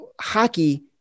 hockey